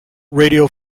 radio